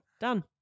Done